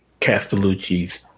Castellucci's